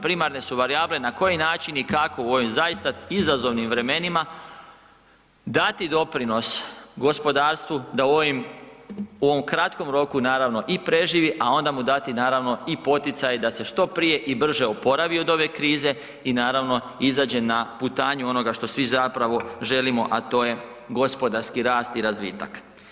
Primarne su varijable na koji način i kako u ovim zaista izazovnim vremenima dati doprinos gospodarstvu da u ovim, u ovom kratkom roku naravno i preživi, a onda mu dati naravno i poticaj da se što prije i brže oporavi od ove krize i naravno izađe na putanju onoga što svi zapravo želimo, a to je gospodarski rast i razvitak.